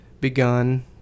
begun